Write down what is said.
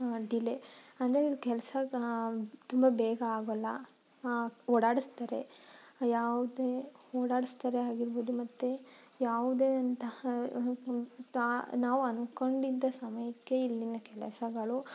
delay ಅಂದರೆ ಇವ್ರ ಕೆಲಸ ತುಂಬ ಬೇಗ ಆಗೋಲ್ಲ ಓಡಾಡಿಸ್ತಾರೆ ಯಾವುದೇ ಓಡಾಡಿಸ್ತಾರೆ ಆಗಿರ್ಬೋದು ಮತ್ತು ಯಾವುದೇ ಅಂತಹ ನಾವು ಅನ್ಕೊಂಡಿದ್ದ ಸಮಯಕ್ಕೆ ಇಲ್ಲಿನ ಕೆಲಸಗಳು